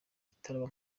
itaraba